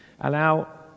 allow